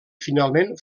finalment